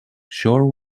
shore